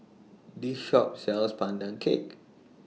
This Shop sells Pandan Cake